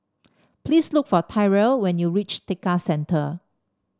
please look for Tyrell when you reach Tekka Centre